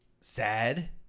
sad